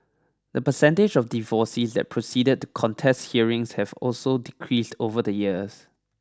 the percentage of divorcees that proceed to contest hearings have also decreased over the years